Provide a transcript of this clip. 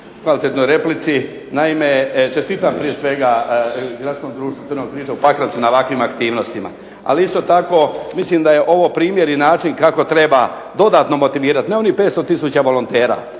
kvalitetnoj replici. Naime, čestitam prije svega Gradskom društvu Crvenog križa u Pakracu na ovakvim aktivnostima. Ali isto tako mislim da je ovo primjer i način kako treba dodatno motivirati, ne onih 500 tisuća volontera,